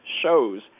shows